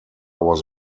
was